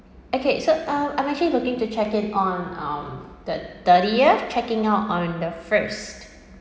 okay so uh I'm actually looking to check in on on the thirtieth checking out on the first